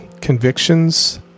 convictions